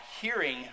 hearing